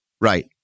Right